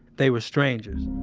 they were strangers.